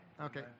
okay